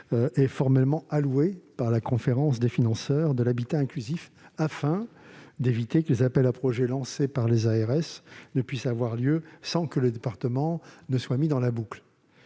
est formellement alloué par la conférence des financeurs de l'habitat inclusif, afin d'éviter que les appels à projets lancés par les ARS puissent avoir lieu sans que les départements soient mis dans la boucle.